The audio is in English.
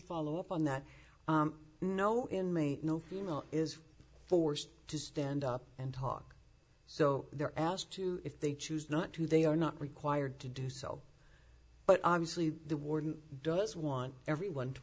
follow up on that no inmate no you know is forced to stand up and talk so they're asked to if they choose not to they are not required to do so but obviously the warden does want everyone to